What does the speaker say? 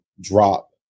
drop